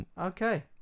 Okay